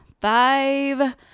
five